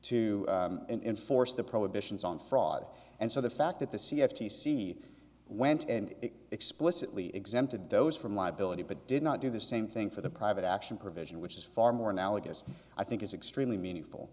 to enforce the prohibitions on fraud and so the fact that the c f t c went and explicitly exempted those from liability but did not do the same thing for the private action provision which is far more analogous i think is extremely meaningful